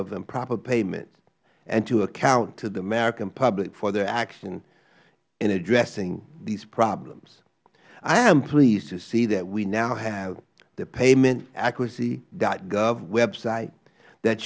improper payment and to account to the american public for their actions in addressing these problems i am pleased to see that we now have the payment accuracy gov website that